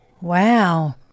Wow